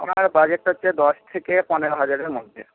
আমার বাজেটটা হচ্ছে দশ থেকে পনেরো হাজারের মধ্যে